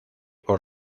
por